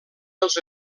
els